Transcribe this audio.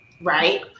Right